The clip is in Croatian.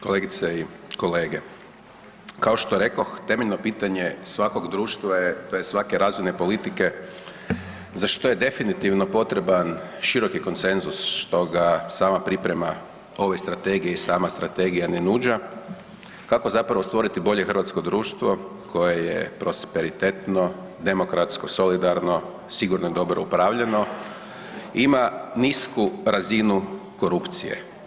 Kolegice i kolege, kao što rekoh temeljno pitanje svakog društva je tj. svake razumne politike za što je definitivno potreban široki konsenzus stoga sama priprema ove strategije i sama strategija ne nuđa, kako zapravo stvoriti bolje hrvatsko društvo koje je prosperitetno, demokratsko, solidarno, sigurno i dobro upravljano, ima nisku razinu korupcije.